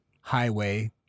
highway